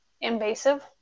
invasive